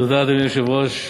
אדוני היושב-ראש,